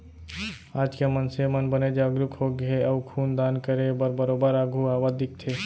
आज के मनसे मन बने जागरूक होगे हे अउ खून दान करे बर बरोबर आघू आवत दिखथे